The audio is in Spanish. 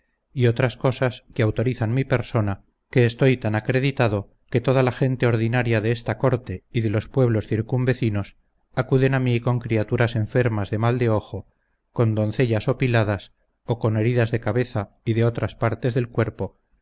y otras cosas que autorizan mi persona que estoy tan acreditado que toda la gente ordinaria de esta corte y de los pueblos circunvecinos acuden a mi con criaturas enfermas de mal de ojo con doncellas opiladas o con heridas de cabeza y de otras partes del cuerpo